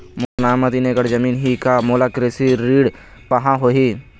मोर नाम म तीन एकड़ जमीन ही का मोला कृषि ऋण पाहां होही?